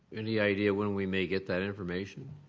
any idea when we may get that information,